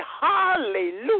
hallelujah